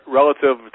relative